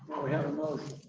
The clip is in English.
we have a motion.